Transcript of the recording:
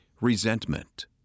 Resentment